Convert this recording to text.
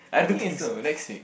I think is so next week